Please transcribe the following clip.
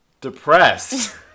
Depressed